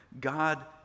God